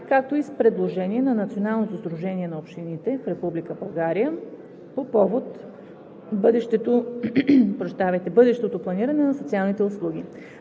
както и с предложение на Националното сдружение на общините в Република България по повод бъдещото планиране на социалните услуги.